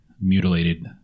mutilated